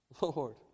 Lord